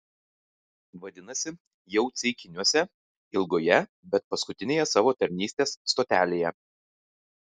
vadinasi jau ceikiniuose ilgoje bet paskutinėje savo tarnystės stotelėje